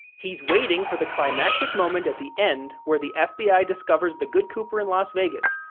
he's waiting for the climactic moment at the end where the fbi discovers the good cooper in las vegas,